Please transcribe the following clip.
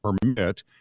permit